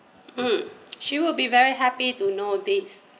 mm she will be very happy to know this